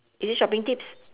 is it shopping tips